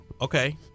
okay